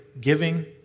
giving